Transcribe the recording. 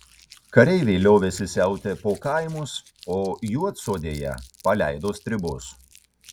kareiviai liovėsi siautę po kaimus o juodsodėje paleido stribus